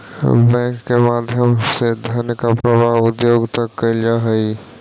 bank के माध्यम से धन के प्रवाह उद्योग तक कैल जा हइ